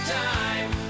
time